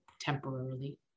temporarily